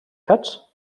cut